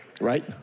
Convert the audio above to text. right